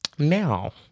now